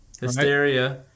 Hysteria